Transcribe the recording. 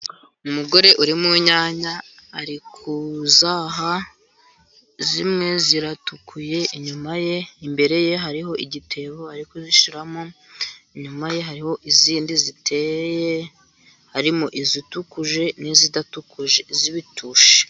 Umugore uri mu nyanya ari kuzaha, zimwe ziratukuye inyuma ye imbere ye hariho igitebo ari kuzishyiramo, inyuma ye hari izindi ziteye, harimo izitukuye n'izidatukuye z'ibitushi.